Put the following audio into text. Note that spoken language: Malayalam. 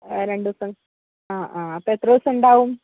രണ്ട് ദിവസം ആ ആ അപ്പോൾ എത്ര ദിവസം ഉണ്ടാവും